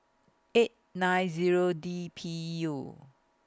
eight nine Zero D P U